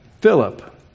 Philip